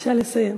בבקשה לסיים.